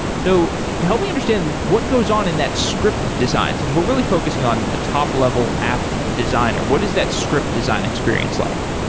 so help me understand, what goes on in that script design, since we're really focusing on the top-level app designer. what is that script design experience like?